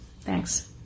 Thanks